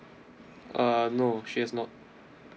uh no she's not